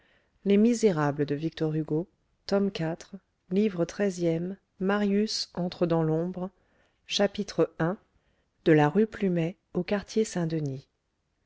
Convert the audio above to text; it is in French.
livre treizième marius entre dans l'ombre chapitre i de la rue plumet au quartier saint-denis